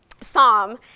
Psalm